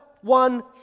one